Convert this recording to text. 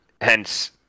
hence